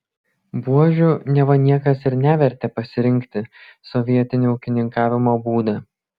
buožių neva niekas ir nevertė pasirinkti sovietini ūkininkavimo būdą